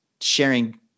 sharing